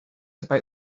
about